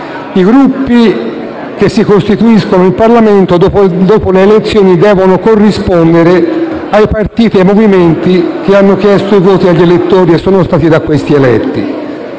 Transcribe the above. i Gruppi che si costituiscono in Parlamento dopo le elezioni devono corrispondere ai partiti e ai movimenti che hanno chiesto i voti agli elettori e sono stati da questi eletti,